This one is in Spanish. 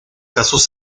casos